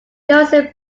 joseph